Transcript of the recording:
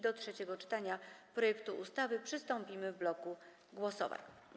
Do trzeciego czytania projektu ustawy przystąpimy w bloku głosowań.